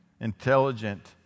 intelligent